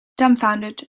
dumbfounded